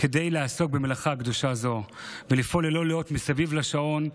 כדי לעסוק במלאכה קדושה זו ולפעול ללא לאות מסביב לשעון.